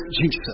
Jesus